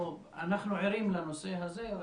אנחנו ערים לנושא הזה.